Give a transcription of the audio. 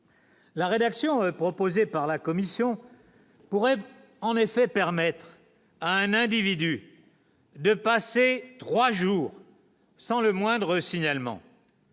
la rédaction proposée par la Commission. Pourrait en effet permettre à un individu de passer 3 jours sans le moindre signalement.